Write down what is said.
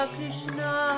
Krishna